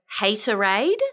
Haterade